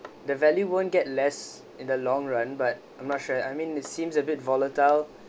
the value won't get less in the long run but I'm not sure I mean it seems a bit volatile